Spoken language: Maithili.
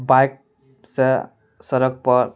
बाइक सऽ सड़क पर